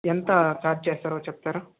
ఎంత చార్జ్ చేస్తారో చెప్తారా